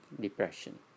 depression